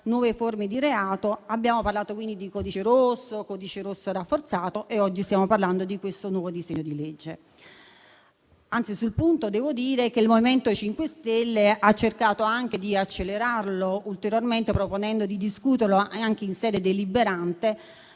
nuove forme di reato. Abbiamo parlato quindi di codice rosso e codice rosso rafforzato e oggi stiamo parlando di questo nuovo disegno di legge. Anzi, sul punto devo dire che il MoVimento 5 Stelle ha cercato anche di accelerarlo ulteriormente, proponendo di discuterlo anche in sede deliberante,